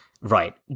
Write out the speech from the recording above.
Right